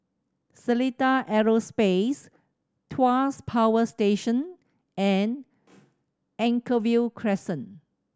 Seletar Aerospace Tuas Power Station and Anchorvale Crescent